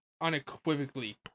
unequivocally